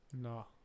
No